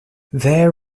their